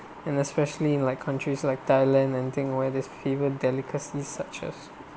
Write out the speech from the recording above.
and especially in like countries like thailand and thing where there's fever delicacies such as